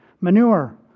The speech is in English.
Manure